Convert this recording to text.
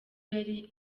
yari